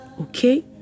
Okay